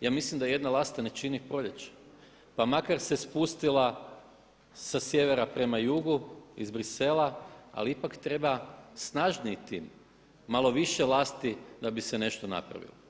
ja mislim da jedna lasta ne čini proljeće pa makar se spustila sa sjevera prema jugu iz Bruxellesa ali ipak treba snažniji tim, malo više lasti da bi se nešto napravilo.